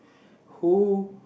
who